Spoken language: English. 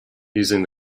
using